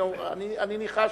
אני ניחשתי.